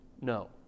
no